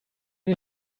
you